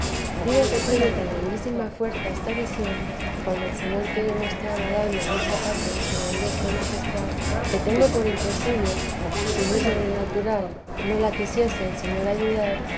digo que tiene tan grandísima fuerza esta visión cuando el señor quiere mostrar al alma mucha parte de su grandeza y majestad que tengo por imposible si muy sobrenatural no la quisiese el seteresa de jesús ñor ayudar